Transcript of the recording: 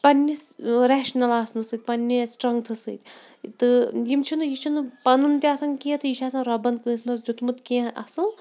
پنٛنِس ریشنَل آسنہٕ سۭتۍ پنٛنہِ سٕٹرٛنٛگتھٕ سۭتۍ تہٕ یِم چھِنہٕ یہِ چھِنہٕ پَنُن تہِ آسان کینٛہہ تہٕ یہِ چھُ آسان رۄبَن کٲنٛسہِ منٛز دیُتمُت کینٛہہ اَصٕل